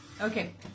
okay